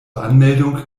anmeldung